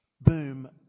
boom